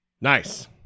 Nice